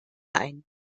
ein